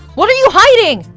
what are you hiding!